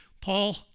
Paul